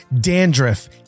dandruff